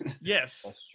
Yes